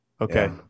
Okay